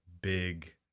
big